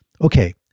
Okay